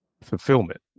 fulfillment